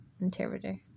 Interpreter